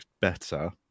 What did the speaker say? better